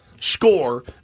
Score